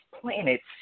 planets